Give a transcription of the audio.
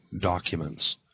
documents